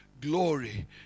glory